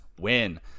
win